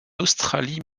australie